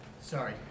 sorry